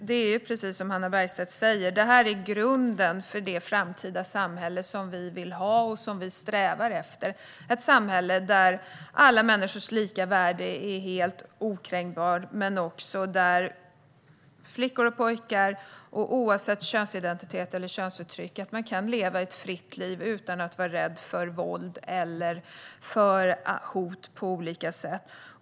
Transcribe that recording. Det är precis som Hannah Bergstedt säger: Detta är grunden för det framtida samhälle som vi vill ha och som vi strävar efter. Det är ett samhälle där alla människors lika värde är något helt okränkbart. Det är också ett samhälle där flickor och pojkar, oavsett könsidentitet eller könsuttryck, kan leva ett fritt liv utan att vara rädda för våld eller hot av olika slag.